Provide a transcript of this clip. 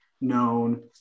known